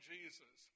Jesus